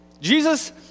Jesus